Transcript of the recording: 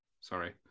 Sorry